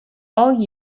all